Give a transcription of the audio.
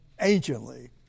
anciently